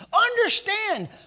Understand